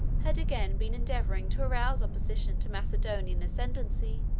had again been endeavoring to arouse opposition to macedonian ascendency,